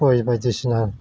गय बायदिसिना